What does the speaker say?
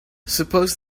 suppose